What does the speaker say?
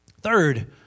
Third